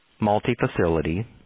multi-facility